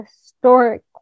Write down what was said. historic